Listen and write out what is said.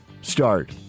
start